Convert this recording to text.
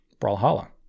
Brawlhalla